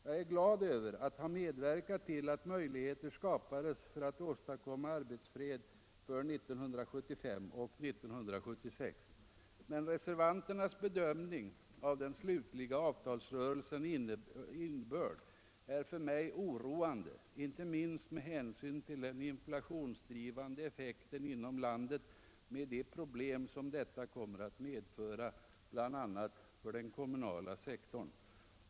Jag är glad över att ha medverkat till att möjligheter skapades för att åstadkomma arbetsfred för 1975 och 1976. Men reservanternas bedömning av den slutliga avtalsuppgörelsens innebörd är för mig oroande inte minst med hänsyn till den inflationsdrivande effekten inom landet med de problem som denna kommer att medföra för bl.a. den kommunala sektorn.